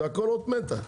זה הכל אות מתה.